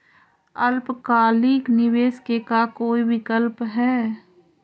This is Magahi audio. अल्पकालिक निवेश के का कोई विकल्प है?